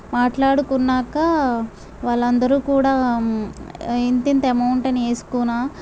మాట్లాడుకున్నాక వాళ్ళందరూ కూడా ఇంతింత అమౌంట్ అని వేసుకుని